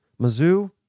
Mizzou